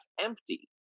empty